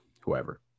whoever